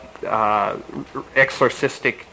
exorcistic